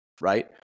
right